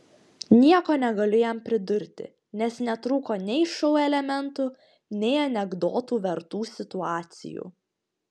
nieko negaliu jam pridurti nes netrūko nei šou elementų nei anekdotų vertų situacijų